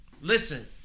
Listen